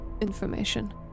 information